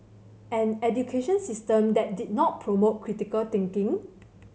an education system that did not promote critical thinking